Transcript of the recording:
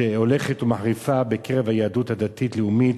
שהולכת ומחריפה בקרב היהדות הדתית-לאומית,